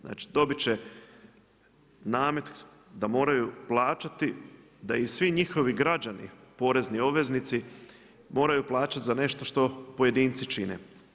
Znači dobit će namet da moraju plaćati da i svi njihovi građani porezni obveznici moraju plaćati za nešto što pojedinci čine.